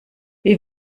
wie